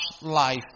life